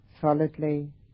solidly